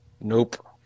Nope